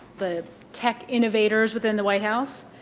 the tech innovators within the white house.